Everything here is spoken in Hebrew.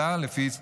אלא לפי טבלה,